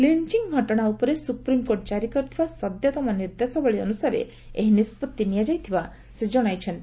lynching ଘଟଣା ଉପରେ supreme court କାରି କରିଥିବା ସଦ୍ୟତମ ନିର୍ଦ୍ଦେଶାବଳୀ ଅନୁସାରେ ଏହି ନିଷ୍ପଭି ନିଆଯାଇଥିବା ସେ ଜଣାଇଛନ୍ତି